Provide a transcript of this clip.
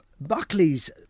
Buckley's